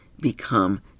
become